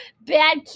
bad